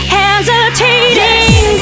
hesitating